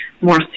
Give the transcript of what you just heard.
more